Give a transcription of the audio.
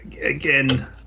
again